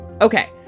Okay